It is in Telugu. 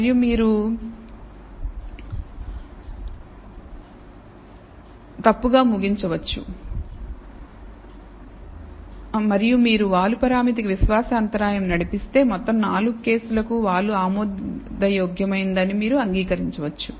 మరియు మీరు వాలు పరామితి కి విశ్వాస అంతరాయం నడిపిస్తే మొత్తం 4 కేసులకు వాలు ఆమోదయోగ్యమైనది అని మీరు అంగీకరించవచ్చు